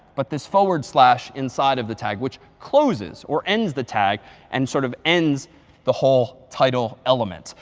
but this forward slash inside of the tag, which closes or ends the tag and sort of ends the whole title element.